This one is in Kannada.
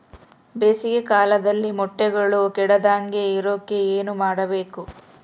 ಬೇಸಿಗೆ ಕಾಲದಲ್ಲಿ ಮೊಟ್ಟೆಗಳು ಕೆಡದಂಗೆ ಇರೋಕೆ ಏನು ಮಾಡಬೇಕು?